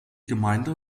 gemeinde